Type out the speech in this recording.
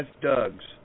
Doug's